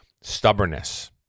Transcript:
stubbornness